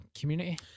community